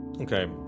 Okay